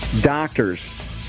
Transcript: doctors